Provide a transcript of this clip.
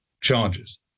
charges